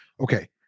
okay